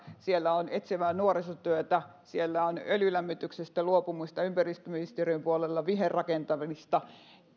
siellä on etsivää nuorisotyötä siellä on öljylämmityksestä luopumista ympäristöministeriön puolella viherrakentamista